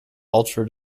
ultra